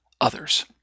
others